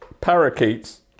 parakeets